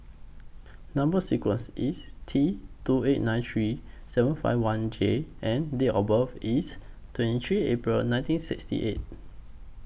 Number sequence IS T two eight nine three seven five one J and Date of birth IS twenty three April nineteen sixty eight